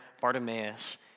Bartimaeus